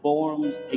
forms